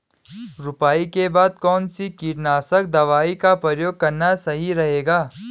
रुपाई के बाद कौन सी कीटनाशक दवाई का प्रयोग करना सही रहेगा?